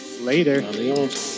Later